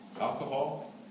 alcohol